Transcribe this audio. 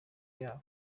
yabo